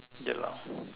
ya lah